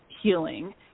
healing